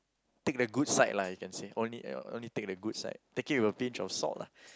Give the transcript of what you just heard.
take the good side lah you can say only only take the good side take it with a pinch of salt lah